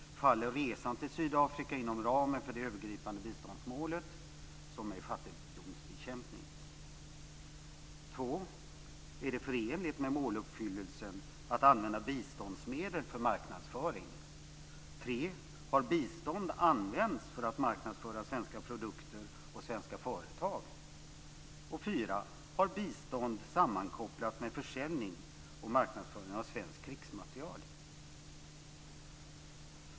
Faller resan till Sydafrika inom ramen för det övergripande biståndsmålet, som är fattigdomsbekämpning? 2. Är det förenligt med måluppfyllelsen att använda biståndsmedel för marknadsföring? 3. Har bistånd använts för att marknadsföra svenska produkter och svenska företag? 4. Har bistånd sammankopplats med försäljning och marknadsföring av svensk krigsmateriel?